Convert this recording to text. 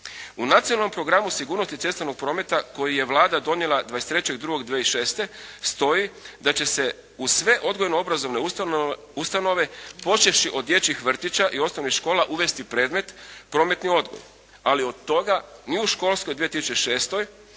U nacionalnom programu sigurnosti cestovnog prometa koji je Vlada donijela 23.2.2006. stoji da će se u sve odgojno-obrazovne ustanove, počevši od dječjih vrtića i osnovnih škola uvesti predmet prometni odgoj, ali od toga ni u školskoj 2006.,